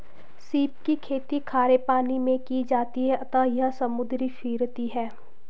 सीप की खेती खारे पानी मैं की जाती है अतः यह समुद्री फिरती है